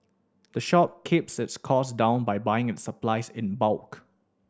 the shop keeps its costs down by buying its supplies in bulk